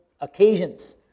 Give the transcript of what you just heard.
occasions